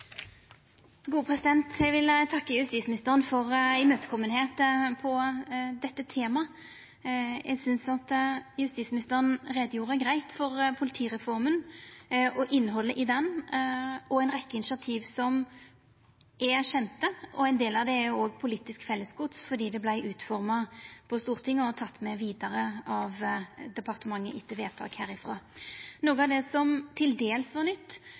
Eg vil takka justisministeren for å vera imøtekomande om dette temaet. Eg synest at justisministeren greitt gjorde greie for politireforma, innhaldet i ho og ei rekkje initiativ som er kjende. Ein del av det er òg politisk fellesgods fordi det vart utforma på Stortinget og er teke med vidare av departementet etter vedtak herifrå. Noko av det som til dels var nytt,